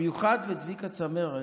המיוחד בצביקה צמרת